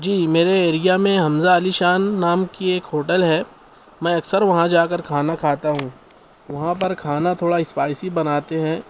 جی میرے ایریا میں حمزہ علی شان نام کی ایک ہوٹل ہے میں اکثر وہاں جا کر کھانا کھاتا ہوں وہاں پر کھانا تھوڑا اسپائسی بناتے ہیں